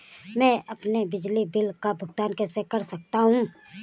मैं अपने बिजली बिल का भुगतान कैसे कर सकता हूँ?